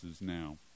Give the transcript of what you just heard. now